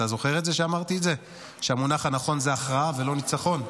אתה זוכר שאמרתי את זה שהמונח הנכון זה הכרעה ולא ניצחון?